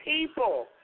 people